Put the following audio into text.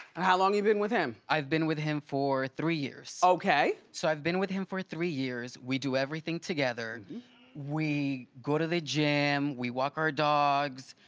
how long you been with him? i've been with him for three years. okay! so i've been with him for three years, we do everything together we go to the gym, we walk our dogs,